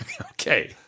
Okay